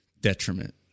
detriment